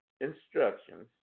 instructions